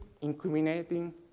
incriminating